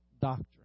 doctrine